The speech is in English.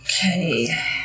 Okay